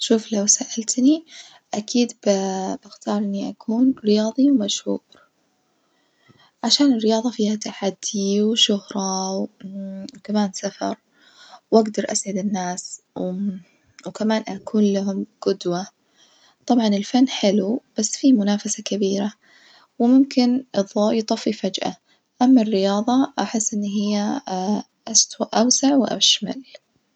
شوف لو سألتني أكيد ب بختار إني أكون رياظي مشهور عشان الرياظة فيها تحدي وشهرة وكمان سفر، وأجدر أسعد الناس و وكمان أكون لهم جدوة، طبعًا الفن حلو بس فيه منافسة كبيرة وممكن الظوء يطفي فجأة، أما الرياظة أحس إن هي أسو أوسع وأشمل.